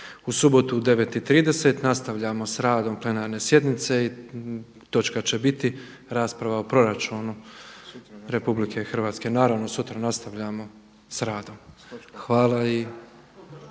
U subotu u 9,30 nastavljamo s radom plenarne sjednice i točka će biti rasprava o proračunu RH. Naravno sutra nastavljamo s radom, sutra